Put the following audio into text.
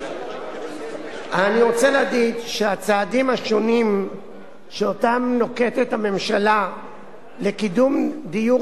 אני רוצה להגיד שהצעדים השונים שנוקטת הממשלה לקידום דיור